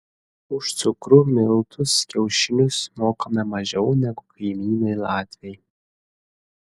už cukrų miltus kiaušinius mokame mažiau negu kaimynai latviai